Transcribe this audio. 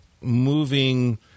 moving